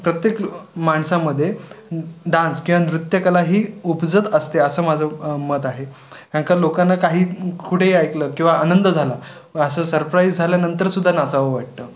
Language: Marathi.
प्रत्येक माणसामध्ये डान्स किंवा नृत्यकला ही उपजत असते असं माझं मत आहे कारण का लोकांना काही कुठेही ऐकलं किंवा आनंद झाला असं सरप्राईज झाल्यानंतर सुद्धा नाचावं वाटतं